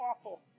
awful